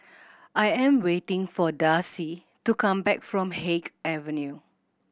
I am waiting for Darci to come back from Haig Avenue